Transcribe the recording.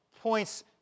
points